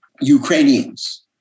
Ukrainians